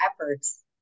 efforts